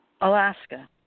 Alaska